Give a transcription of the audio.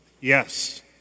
Yes